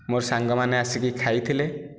ମୋ ସାଙ୍ଗମାନେ ଆସିକି ଖାଇଥିଲେ